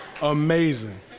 amazing